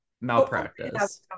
malpractice